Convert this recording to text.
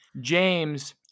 James